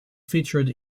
featured